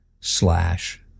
slash